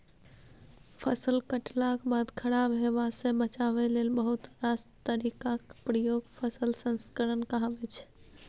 फसल कटलाक बाद खराब हेबासँ बचाबै लेल बहुत रास तरीकाक प्रयोग फसल संस्करण कहाबै छै